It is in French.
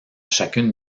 chacune